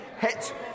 hit